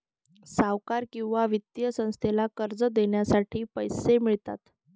सावकार किंवा वित्तीय संस्थेला कर्ज देण्यासाठी पैसे मिळतात